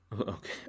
okay